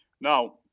Now